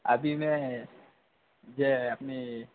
अभी में जे अपनी